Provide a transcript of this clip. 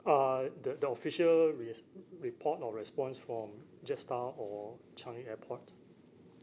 uh the the official res~ report or response from jetstar or changi airport